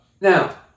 Now